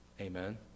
Amen